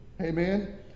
Amen